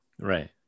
right